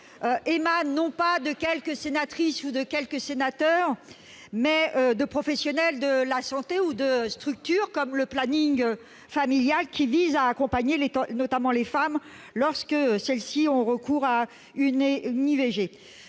émane non pas de quelques sénatrices ou de quelques sénateurs, mais de professionnels de la santé ou de structures, comme le planning familial, qui accompagnent les femmes ayant recours à une IVG.